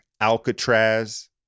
Alcatraz